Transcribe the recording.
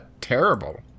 terrible